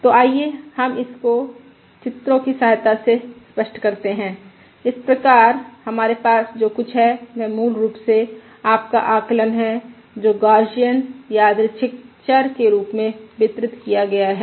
तो आइए हम इसको चित्रों की सहायता से स्पष्ट करते हैं इस प्रकार हमारे पास जो कुछ है वह मूल रूप से आपका आकलन है जो गौसियन यादृच्छिक चर के रूप में वितरित किया गया है